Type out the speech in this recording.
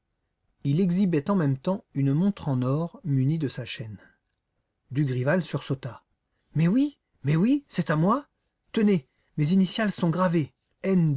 il exhibait en même temps une montre en or munie de sa chaîne dugrival sursauta mais oui mais oui c'est à moi tenez mes initiales sont gravées